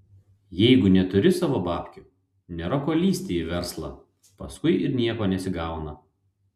jeigu neturi savo babkių nėra ko lįsti į verslą paskui ir nieko nesigauna